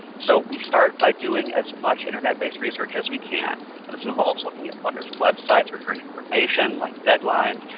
so we start by doing as much internet-based research as we can and this involves looking at funder's websites, or current information like deadlines,